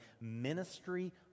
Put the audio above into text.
ministry